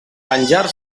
venjar